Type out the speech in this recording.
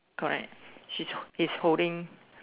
correct she's he's holding